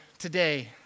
Today